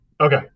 Okay